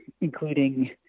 including